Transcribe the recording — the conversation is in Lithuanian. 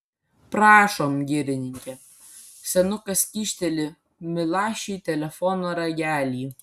prašom girininke senukas kyšteli milašiui telefono ragelį